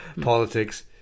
politics